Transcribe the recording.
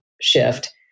shift